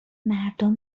مردم